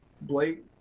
Blake